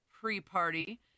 pre-party